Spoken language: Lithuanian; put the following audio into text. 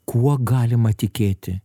kuo galima tikėti